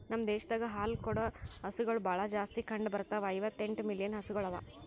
ನಮ್ ದೇಶದಾಗ್ ಹಾಲು ಕೂಡ ಹಸುಗೊಳ್ ಭಾಳ್ ಜಾಸ್ತಿ ಕಂಡ ಬರ್ತಾವ, ಐವತ್ತ ಎಂಟು ಮಿಲಿಯನ್ ಹಸುಗೊಳ್ ಅವಾ